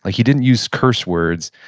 ah he didn't use curse words,